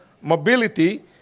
mobility